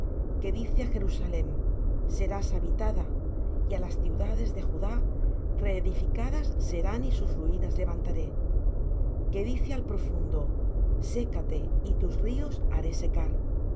que dice á jerusalem serás habitada y á las ciudades de judá reedificadas serán y sus ruinas levantaré que dice al profundo sécate y tus ríos haré secar